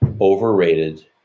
overrated